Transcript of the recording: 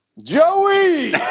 joey